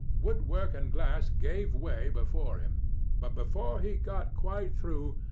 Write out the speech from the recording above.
woodwork and glass gave way before him but before he got quite through,